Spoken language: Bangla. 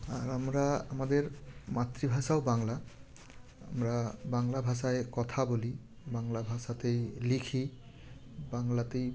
আর আমরা আমাদের মাতৃভাষাও বাংলা আমরা বাংলা ভাষায় কথা বলি বাংলা ভাষাতেই লিখি বাংলাতেই